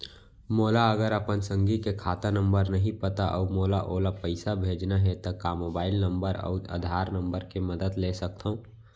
मोला अगर अपन संगी के खाता नंबर नहीं पता अऊ मोला ओला पइसा भेजना हे ता का मोबाईल नंबर अऊ आधार नंबर के मदद ले सकथव?